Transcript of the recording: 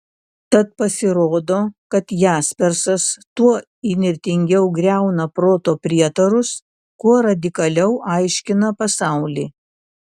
tad pasirodo kad jaspersas tuo įnirtingiau griauna proto prietarus kuo radikaliau aiškina pasaulį